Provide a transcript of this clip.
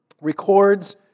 records